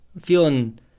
feeling